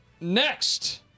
Next